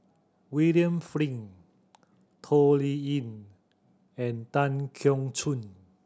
William Flint Toh Liying and Tan Keong Choon